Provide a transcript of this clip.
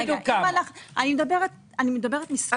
- אני מדברת מספרים.